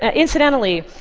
ah incidentally,